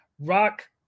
Rock